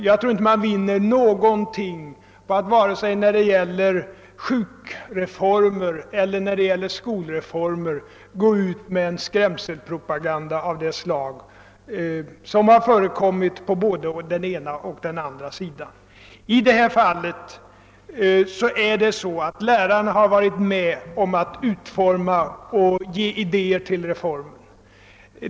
Jag tror inte att man vinner någonting vare sig när det gäller sjukvårdsreformer eller när det gäller skolreformer på att gå ut med en skrämselpropaganda av det slag som har förekommit på både den ena och den andra sidan. I detta fall har lärarna varit med om att utforma och ge idéer till reformen.